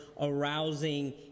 arousing